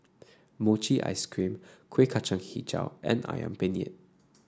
Mochi Ice Cream Kuih Kacang hijau and ayam penyet